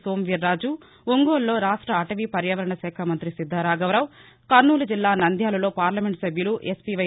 సోము వీరాజు ఒంగోలులో రాక్ష అటవీ పర్యావరణ శాఖ మంత్రి శిద్దా రాఘవరావు కర్నూలు జిల్లా నంద్యాలలో పార్లమెంట్ సభ్యులు ఎస్పీవై